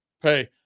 hey